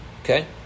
okay